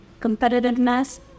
competitiveness